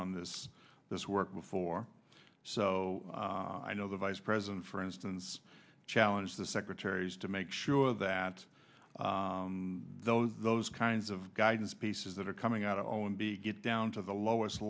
on this this work before so i know the vice president for instance challenge the secretaries to make sure that though those kinds of guidance pieces that are coming out on be get down to the lowest